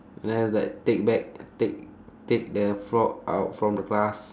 then was like take back take take the frog out from the class